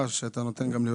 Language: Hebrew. הוא לא היה ציני אפילו לרגע.